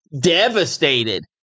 devastated